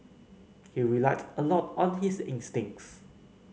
he relied a lot on his instincts